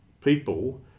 people